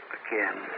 again